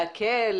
להקל,